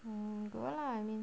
oh go lah I mean